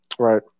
Right